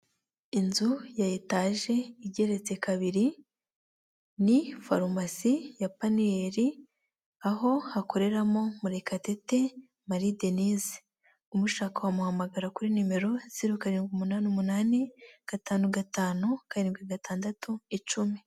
Inzu ya etaje igeretse kabiri, ni pharmacy ya peniel, aho akoreramo Murekatete Marie Denyse, umushaka wamuhamagara kuri nimero zero karindwi umunani umunani gatanu gatanu karindwi gatandatu icumi.